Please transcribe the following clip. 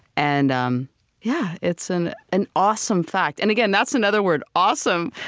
and um yeah, it's an an awesome fact. and, again, that's another word. awesome.